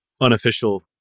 unofficial